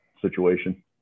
situation